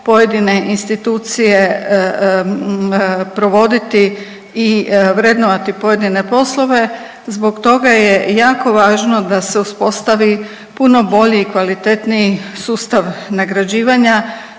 pojedine institucije provoditi i vrednovati pojedine poslove. Zbog toga je jako važno da se uspostavi puno bolji i kvalitetniji sustav nagrađivanja